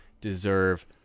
deserve